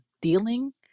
dealing